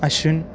Ashwin